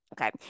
Okay